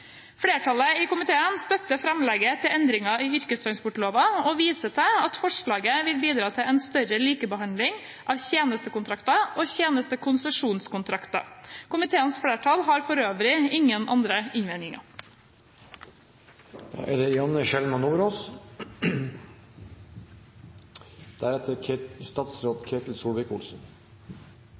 Flertallet i komiteen støtter framlegget til endringer i yrkestransportloven og viser til at forslaget vil bidra til en større likebehandling av tjenestekontrakter og tjenestekonsesjonskontrakter. Komiteens flertall har for øvrig ingen andre innvendinger. En rekke EØS-saker blir vedtatt i Stortinget mer rutinemessig. I noen tilfeller er det